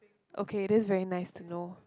okay that's very nice to know